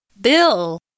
bill